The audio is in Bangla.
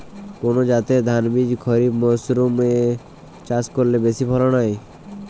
কোন জাতের ধানবীজ খরিপ মরসুম এ চাষ করলে বেশি ফলন হয়?